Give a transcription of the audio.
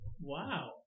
Wow